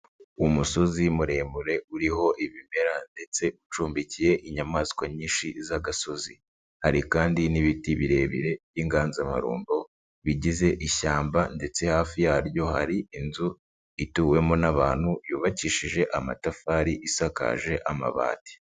Umusozi muremure uriho ibimera ndetse ucumbikiye inyamaswa nyinshi z'agasozi, hari kandi n'ibiti birebire by'inganzamarumbo bigize ishyamba ndetse hafi yaryo hari inzu ituwemo n'abantu yubakishije amatafari isakaje amabati.